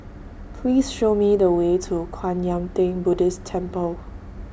Please Show Me The Way to Kwan Yam Theng Buddhist Temple